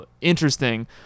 interesting